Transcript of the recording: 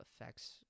affects